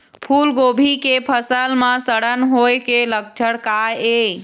फूलगोभी के फसल म सड़न होय के लक्षण का ये?